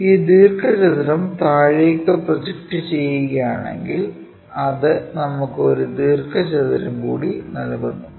ഈ ദീർഘചതുരം താഴേക്ക് പ്രൊജക്റ്റ് ചെയ്യുകയാണെങ്കിൽ അത് നമുക്ക് ഒരു ദീർഘചതുരം കൂടി നൽകുന്നു